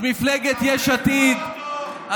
אז מפלגת יש עתיד,